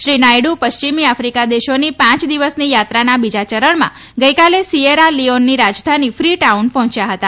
શ્રી નાયડ્ પશ્ચિમી આફ્રિકા દેશોની પાંચ દિવસની થાત્રાના બીજા ચરણમાં ગઈકાલે સિએરા લિઓનની રાજધાની ફી ટાઉન પહોંચ્યા હતા